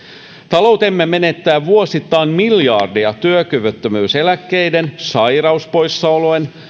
taloutemme menettää vuosittain miljardeja työkyvyttömyyseläkkeiden sairauspoissaolojen